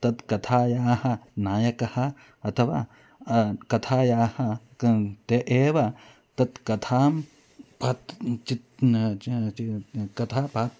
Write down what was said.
तत्र कथायाः नायकः अथवा कथायाः के ते एव तत् कथां कथा पा